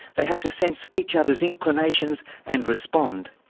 they have to sense each other's inclinations and respond.